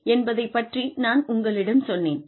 என்பதைப் பற்றி நான் உங்களிடம் சொன்னேன்